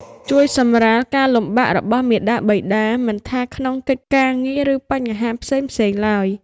ជួយសម្រាលការលំបាករបស់មាតាបិតា មិនថាក្នុងកិច្ចការងារ ឬបញ្ហាផ្សេងៗឡើយ។